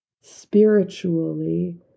spiritually